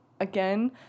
again